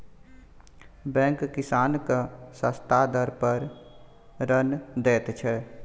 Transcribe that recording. bank किसान केँ सस्ता दर पर ऋण दैत छै